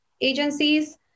agencies